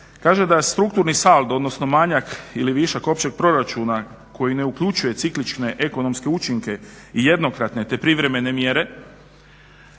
Kaže da strukturni saldo, odnosno manjak ili višak općeg proračuna koji ne uključuje ciklične ekonomske učinke i jednokratne te privremene mjere,